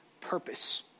purpose